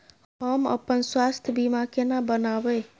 हम अपन स्वास्थ बीमा केना बनाबै?